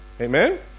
Amen